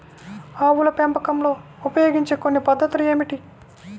ఆవుల పెంపకంలో ఉపయోగించే కొన్ని కొత్త పద్ధతులు ఏమిటీ?